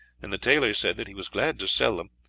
and the tailor said that he was glad to sell them,